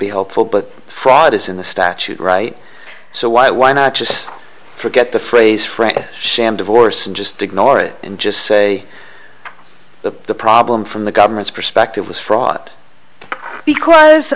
be hopeful but fraud is in the statute right so why why not just forget the phrase for a sham divorce and just ignore it and just say that the problem from the government's perspective was fraud because